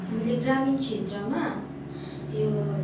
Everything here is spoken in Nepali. हामीले ग्रामीण क्षेत्रमा यो